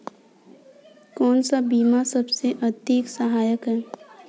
कौन सा बीमा सबसे अधिक सहायक है?